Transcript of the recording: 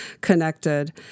connected